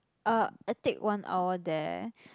uh I take one hour there